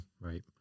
Right